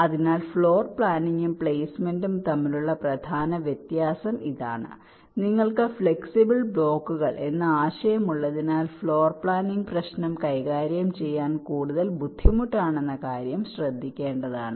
അതിനാൽ ഫ്ലോർ പ്ലാനിംഗും പ്ലേസ്മെന്റും തമ്മിലുള്ള പ്രധാന വ്യത്യാസം ഇതാണ് നിങ്ങൾക്ക് ഫ്ലെക്സിബിൾ ബ്ലോക്കുകൾ എന്ന ആശയം ഉള്ളതിനാൽ ഫ്ലോർ പ്ലാനിംഗ് പ്രശ്നം കൈകാര്യം ചെയ്യാൻ കൂടുതൽ ബുദ്ധിമുട്ടാണെന്ന കാര്യം ശ്രദ്ധിക്കേണ്ടതാണ്